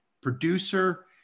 producer